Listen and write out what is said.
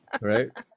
Right